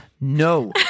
No